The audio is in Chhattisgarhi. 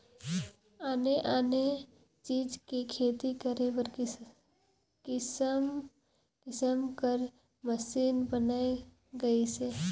आने आने चीज के खेती करे बर किसम किसम कर मसीन बयन गइसे